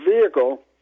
vehicle